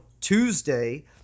Tuesday